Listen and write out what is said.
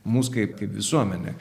mus kaip kaip visuomenę